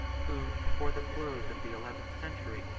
who, before the close of the eleventh century,